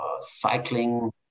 cycling